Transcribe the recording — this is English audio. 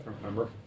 remember